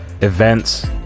events